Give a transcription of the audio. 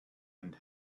and